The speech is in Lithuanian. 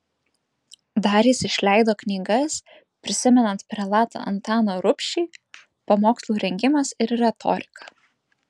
dar jis išleido knygas prisimenant prelatą antaną rubšį pamokslų rengimas ir retorika